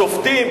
משפט אחד.